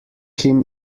him